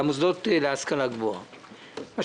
למוסדות להשכלה גבוהה.